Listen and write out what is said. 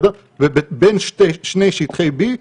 ובין שני שטחי B,